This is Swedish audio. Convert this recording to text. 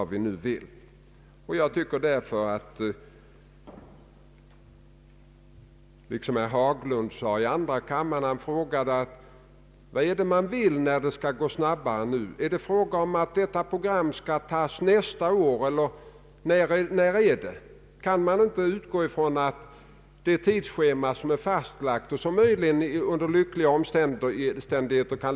Jag skall inte i mitt inlägg gå in på de avsnitt som tidigare belysts här av talesmän för bankoutskottet och statsutskottet. De har redogjort för sina och regeringens motiv och gett sitt stöd åt de förslag som föreligger.